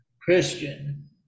Christian